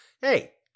Hey